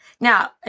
Now